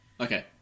Okay